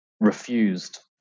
refused